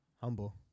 Humble